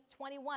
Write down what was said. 21